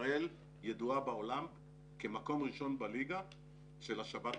ישראל ידועה בעולם כמקום ראשון בליגה של השבת קולחים.